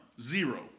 zero